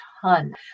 ton